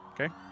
Okay